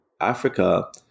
Africa